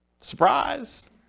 Surprise